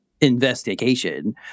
investigation